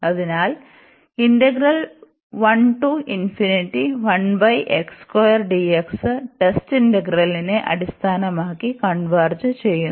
അതിനാൽ ടെസ്റ്റ് ഇന്റഗ്രലിനെ അടിസ്ഥാനമാക്കി കൺവെർജ് ചെയ്യുന്നു